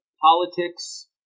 politics